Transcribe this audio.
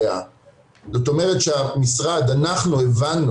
ובהכרה מלאה של האוצר וכל המשרדים האחרים